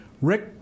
Rick